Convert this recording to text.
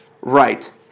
right